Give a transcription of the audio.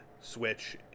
Switch